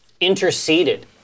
interceded